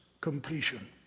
completion